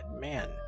man